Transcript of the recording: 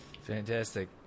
Fantastic